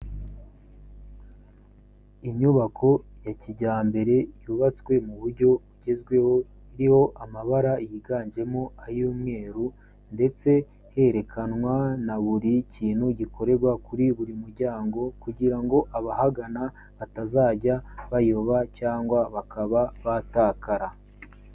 Inyubako ya kijyambere yubatswe mu buryo bugezweho, iriho amabara yiganjemo ay'umweru ndetse herekanwa na buri kintu gikorerwa kuri buri muryango kugira ngo abahagana batazajya bayoba cyangwa bakaba batakara.